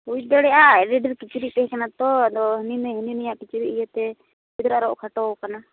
ᱦᱩᱭ ᱫᱟᱲᱮᱭᱟᱜᱼᱟ ᱟᱹᱰᱤ ᱰᱷᱮᱨ ᱠᱤᱪᱨᱤᱡ ᱛᱮᱦᱮᱸ ᱠᱟᱱᱟ ᱛᱚ ᱟᱫᱚ ᱦᱟᱱᱤᱼᱱᱟᱹᱭ ᱦᱟᱱᱤᱼᱱᱟᱹᱭᱟᱜ ᱠᱤᱪᱨᱤᱡ ᱤᱭᱟᱹᱛᱮ ᱜᱤᱫᱽᱨᱟᱹᱣᱟᱜ ᱨᱚᱜ ᱠᱷᱟᱴᱚᱣ ᱟᱠᱟᱱᱟ